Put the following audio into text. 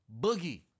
Boogie